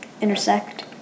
intersect